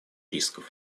рисков